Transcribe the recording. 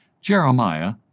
Jeremiah